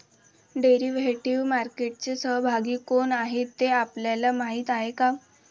Derivative मार्केटचे सहभागी कोण आहेत हे आपल्याला माहित आहे का?